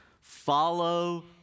Follow